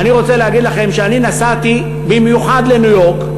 ואני רוצה להגיד לכם שאני נסעתי במיוחד לניו-יורק,